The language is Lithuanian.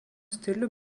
stilių